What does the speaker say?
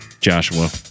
Joshua